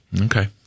Okay